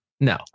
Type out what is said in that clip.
No